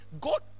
God